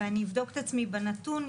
ואני אבדוק את עצמי בנתון,